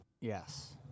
yes